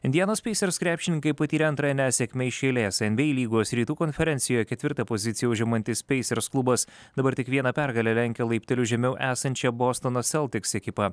indianos peisers krepšininkai patyrė antrąją nesėkmę iš eilės en by ei lygos rytų konferencijoje ketvirtą poziciją užimantis peisers klubas dabar tik viena pergale lenkia laipteliu žemiau esančią bostono seltiks ekipą